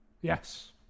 Yes